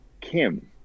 Kim